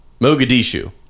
Mogadishu